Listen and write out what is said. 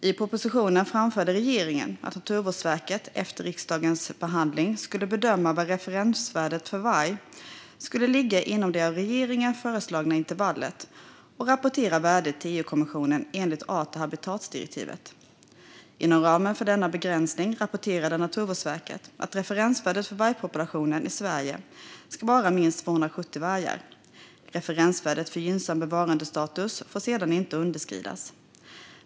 I propositionen framförde regeringen att Naturvårdsverket efter riksdagens behandling skulle bedöma var referensvärdet för varg skulle ligga inom det av regeringen föreslagna intervallet och rapportera värdet till EU-kommissionen enligt art och habitatdirektivet. Inom ramen för denna begränsning rapporterade Naturvårdsverket att referensvärdet för vargpopulationen i Sverige ska vara minst 270 vargar. Referensvärdet för gynnsam bevarandestatus får sedan inte underskridas.